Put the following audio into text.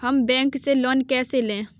हम बैंक से लोन कैसे लें?